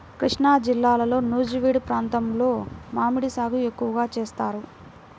కృష్ణాజిల్లాలో నూజివీడు ప్రాంతంలో మామిడి సాగు ఎక్కువగా చేస్తారు